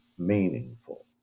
meaningful